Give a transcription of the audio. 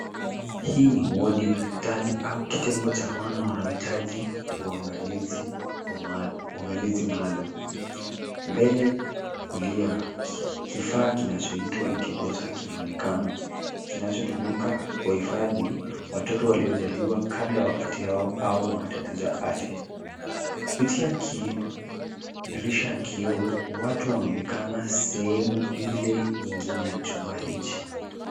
Hii ni wodi ya hospitali au kitengo cha wana wanaohitaji uangalizi maalum. Mbele kulia, kifaa kinachoitwa cs[incubator]cs kinaonekana, kinachotumika kuhifadhi watoto waliozaliwa kabla wakati yao au na matatizo ya afya. Kupitia dirisha ya kioo watu wanaonekana sehemu ile nyingine ya chumba hicho.